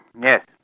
Yes